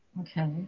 okay